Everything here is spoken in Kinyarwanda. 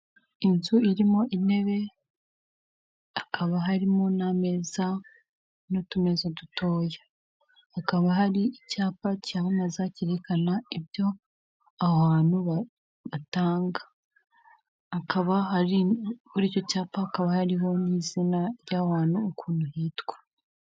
Inzu irimo intebe, hakaba harimo n'ameza n'utumeza dutoya. Hakaba hari icyapa cyamamaza cyerekana ibyo aho hantu batanga. Hakaba hari, kuri icyo cyapa hakaba hariho n'izina ry'aho hantu ukuntu hitwa.